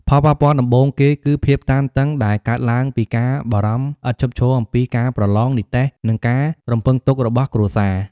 ផលប៉ះពាល់ដំបូងគេគឺ ភាពតានតឹង ដែលកើតឡើងពីការបារម្ភឥតឈប់ឈរអំពីការប្រឡង និទ្ទេស និងការរំពឹងទុករបស់គ្រួសារ។